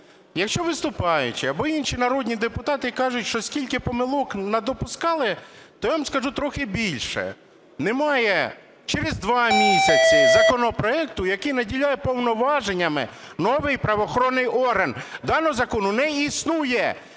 Якщо виступаючі або інші народні депутати кажуть, що скільки помилок надопускали, то я вам скажу трохи більше: немає через два місяці законопроекту, який наділяє повноваженнями новий правоохоронний орган. Даного закону не існує.